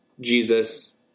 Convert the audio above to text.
Jesus